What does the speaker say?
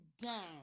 down